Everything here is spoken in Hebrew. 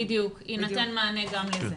יינתן מענה גם לזה.